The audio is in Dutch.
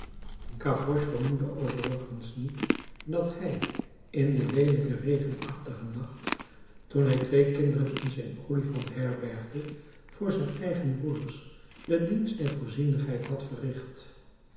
gavroche vermoedde overigens niet dat hij in den leelijken regenachtigen nacht toen hij twee kinderen in zijn olifant herbergde voor zijn eigen broeders den dienst der voorzienigheid had verricht